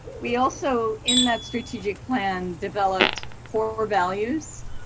we also, in that strategic plan, developed core values,